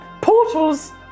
portals